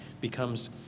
becomes